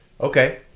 Okay